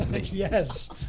Yes